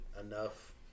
enough